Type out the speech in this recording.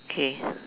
okay